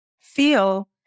feel